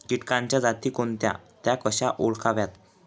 किटकांच्या जाती कोणत्या? त्या कशा ओळखाव्यात?